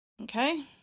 Okay